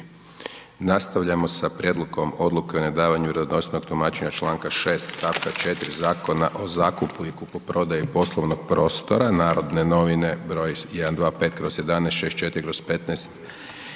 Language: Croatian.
raspravu o Prijedlogu odluke o nedavanju vjerodostojnog tumačenja članka 6. stavka 4. Zakona o zakupu i kupoprodaji poslovnih prostora NN br. 125/11 64/15